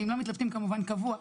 ואם לא מתלבטים כמובן קבוע.